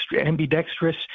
ambidextrous